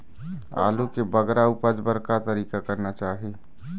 आलू के बगरा उपज बर का तरीका करना चाही?